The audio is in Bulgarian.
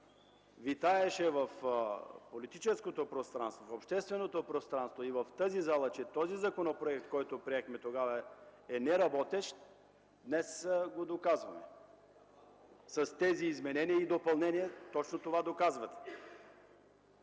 витаеше в политическото пространство, в общественото пространство, в тази зала, че този законопроект, който приехме тогава, е неработещ, днес го доказваме. С тези изменения и допълнения точно това доказвате.